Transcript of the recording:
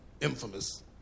infamous